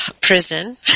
prison